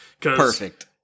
perfect